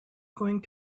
going